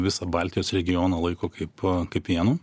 visą baltijos regioną laiko kaip kaip vienu